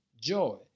joy